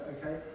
okay